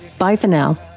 bye for now